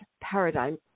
paradigm